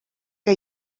que